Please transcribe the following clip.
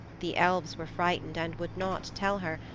the elves were frightened and would not tell her,